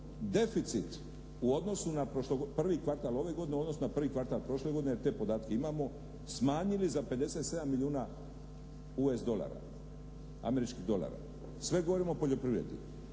deficit u odnosu na, prvi kvartal ove godine u odnosu na prvi kvartal prošle godine, te podatke imamo, smanjili za 57 milijuna US dolara, američkih dolara. Sve govorim o poljoprivredi.